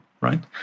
right